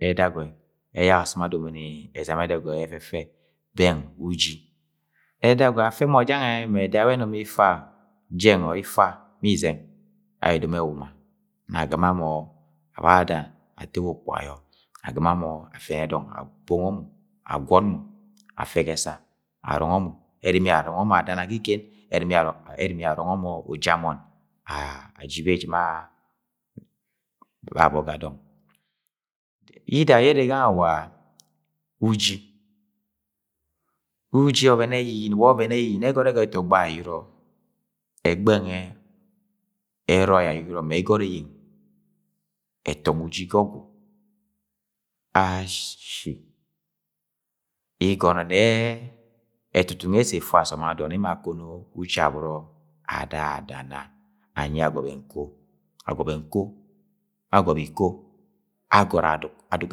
. ẹdagọi, ẹyak asọm adomo ni ezam ẹdagọi ẹfẹfẹ beng uji ẹdagọi afẹmọ jangẹ mẹ eda wẹ ẹnom ifa, jeng or ifa mi izẹng aye edomo ewuwuma nọ agɨma mọ awa adan atọ wu ukupuga ayọ. Agɨma mọ afẹnẹ dong akpọngọ mọ, agwọn mọ afẹ ga esa arọngọ mọ, erimi ye arọngọ mọ afe ga esa arọngọ mọ adana ga igen, erimi ye arọngọ mọ ujiamon aji beji ma babo ga dong, yida yė ere gangẹ wa uji, uji wa ovẹn ẹyiyinẹ yẹ egọẹrẹ ga etogbọ ayọrọ ẹgbẹngẹ ẹroi mẹ egọt ẹyẹng ẹtọngọ uji ga ọgwu ashi igọnọ nẹ. ẹtutum ẹsẹ ẹfu asọm aḋọn emo akono uji aboro ada adana anyi agọbẹ nkọ, agọbẹ nko ma agọbi iko, agọrọ aduk, aduk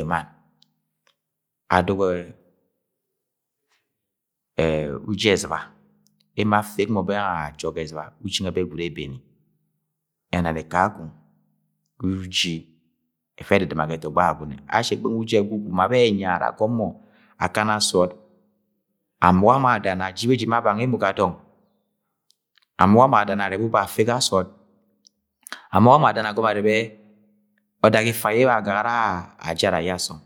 ẹmann adukẹ uji ezɨba emo afek mọ bẹ ajok ga ezɨba uji nwe bẹ gwad ebeni, enani kakong uji nwe efe edɨdɨma ga ẹtọgbọ Agwagune ashi ẹgben nwẹ uji egwugwu ga ẹtọgbọ Agwagune ma bẹ enya ara agọm mọ akana sọọd amuga mọ adana aji beji ma bang emo ga dọng amuga mọ adana arẹbẹ uba afe ga sọọd, amuga mọ adana agọmọ arẹbẹ odak ifa yẹ agara ajau aye ọsọm